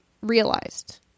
realized